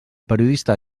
periodista